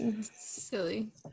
silly